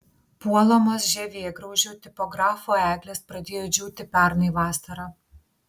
puolamos žievėgraužių tipografų eglės pradėjo džiūti pernai vasarą